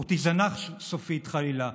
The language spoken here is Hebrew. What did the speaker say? חלילה,